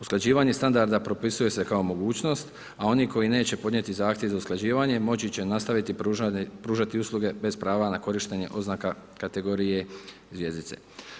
Usklađivanje standarda propisuje se kao mogućnost, a oni koji neće podnijeti zahtjev za usklađivanje moći će nastaviti pružati usluge bez prava na korištenje oznaka kategorije zvjezdice.